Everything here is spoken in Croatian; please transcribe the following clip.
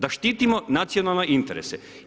Da štitimo nacionalne interese.